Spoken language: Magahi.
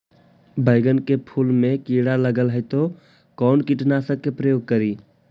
बैगन के फुल मे कीड़ा लगल है तो कौन कीटनाशक के प्रयोग करि?